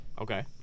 Okay